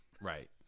Right